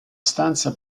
stanza